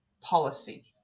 policy